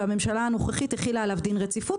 והממשלה הנוכחית החילה עליו דין רציפות